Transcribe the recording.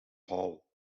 hall